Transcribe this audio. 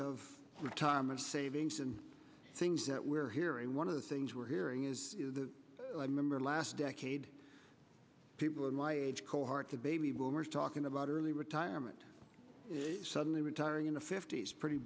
of retirement savings and things that we're hearing one of the things we're hearing is the remember last decade people in my age cohort of baby boomers talking about early retire i meant suddenly retiring in the fifty's pretty